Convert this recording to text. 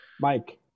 Mike